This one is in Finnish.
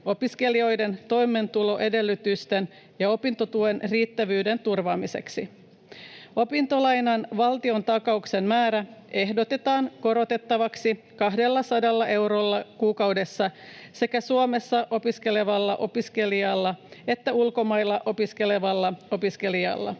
opiskelijoiden toimeentuloedellytysten ja opintotuen riittävyyden turvaamiseksi. Opintolainan valtiontakauksen määrää ehdotetaan korotettavaksi 200 eurolla kuukaudessa sekä Suomessa opiskelevalla opiskelijalla että ulkomailla opiskelevalla opiskelijalla.